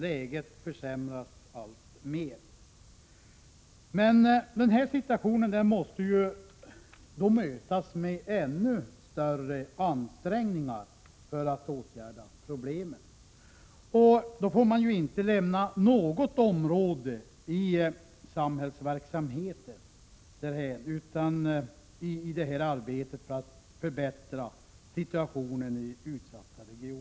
Läget försämras alltmer. För att kunna åtgärda dessa problem måste den här situationen mötas med ännu större ansträngningar. Inte något område i samhällsverksamheten får lämnas därhän i arbetet med att förbättra situationen i de utsatta regionerna.